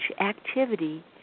activity